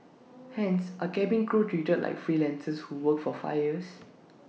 hence are cabin crew treated like freelancers who work for five years